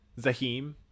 Zahim